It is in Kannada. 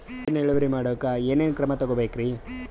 ಹೆಚ್ಚಿನ್ ಇಳುವರಿ ಮಾಡೋಕ್ ಏನ್ ಏನ್ ಕ್ರಮ ತೇಗೋಬೇಕ್ರಿ?